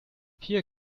vier